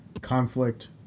conflict